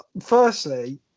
firstly